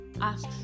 ask